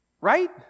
Right